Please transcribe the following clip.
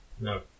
No